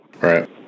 Right